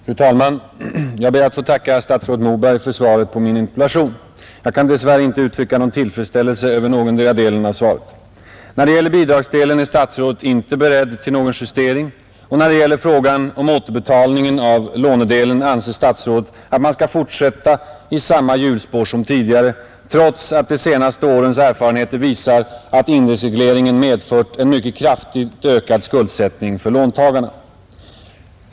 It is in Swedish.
Fru talman! Jag ber att få tacka statsrådet Moberg för svaret på min interpellation. Jag kan dess värre inte uttrycka någon tillfredsställelse över någondera delen av svaret. När det gäller bidragsdelen är statsrådet inte beredd till någon justering, och när det gäller frågan om återbetalningen av lånedelen anser statsrådet att man skall fortsätta i samma hjulspår som tidigare, trots att de senaste årens erfarenheter visar att indexregleringen medfört en mycket kraftigt ökad skuldsättning för låntagarna.